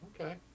Okay